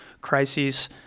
crises